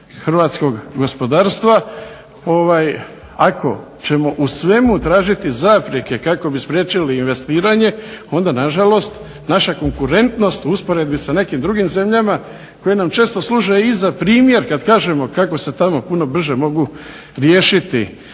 hrvatskog gospodarstva. Ako ćemo u svemu tražiti zaprjeke kako bi spriječili investiranje, onda nažalost naša konkurentnost u usporedbi sa nekim drugim zemljama koje nam često služe i za primjer kada kažemo kako se tamo puno brže može riješiti